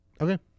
okay